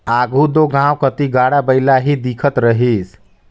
आघु दो गाँव कती गाड़ा बइला ही दिखत रहिस